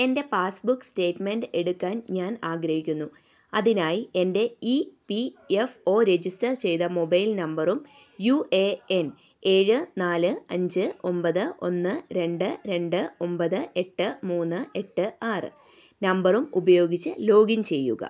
എൻ്റെ passbook statement എടുക്കുവാൻ ഞാൻ ആഗ്രഹിക്കുന്നു അതിനായി എൻ്റെ E P F O register ചെയ്ത മൊബൈൽ നമ്പറും യു എ എൻ ഏഴ് നാല് അഞ്ച് ഒൻപത് ഒന്ന് രണ്ട് രണ്ട് ഒൻപത് എട്ട് മൂന്ന് എട്ട് ആറ് നമ്പറും ഉപയോഗിച്ചു ലോഗിൻ ചെയ്യുക